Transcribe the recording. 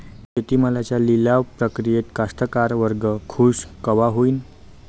शेती मालाच्या लिलाव प्रक्रियेत कास्तकार वर्ग खूष कवा होईन?